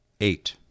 eight